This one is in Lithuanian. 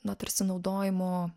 na tarsi išnaudojimo